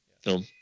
film